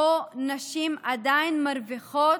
שבו נשים עדיין מרוויחות,